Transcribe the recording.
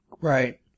Right